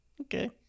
Okay